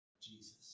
Jesus